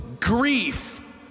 grief